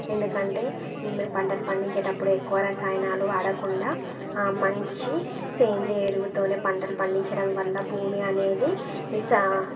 ఎందుకంటే మేము పంటలు పండించే అప్పుడు ఎక్కువ రసాయనాలు వాడకుండా మంచి సేంద్రీయ ఎరువుతోనే పంటలు పండిచడం వల్ల భూమి అనేది ఈ సా